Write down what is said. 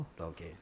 Okay